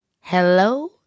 Hello